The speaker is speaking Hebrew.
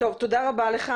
תודה רבה לך.